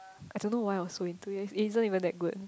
I don't know why I was so into it it isn't even that good